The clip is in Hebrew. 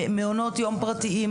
מעונות יום פרטיים,